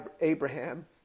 Abraham